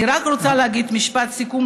אני רק רוצה להגיד משפט סיכום,